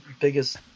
biggest